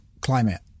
climate